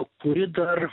kuri dar